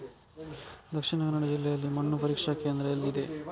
ದಕ್ಷಿಣ ಕನ್ನಡ ಜಿಲ್ಲೆಯಲ್ಲಿ ಮಣ್ಣು ಪರೀಕ್ಷಾ ಕೇಂದ್ರ ಎಲ್ಲಿದೆ?